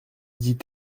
dit